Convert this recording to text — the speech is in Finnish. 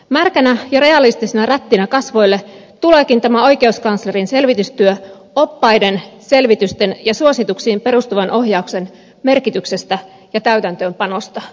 märkänä ja realistisena rättinä kasvoille tuleekin tämä oikeuskanslerin selvitystyö oppaiden selvitysten ja suosituksiin perustuvan ohjauksen merkityksestä ja täytäntöönpanosta